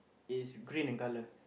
is green in colour